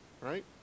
right